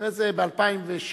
אחרי זה, ב-2007,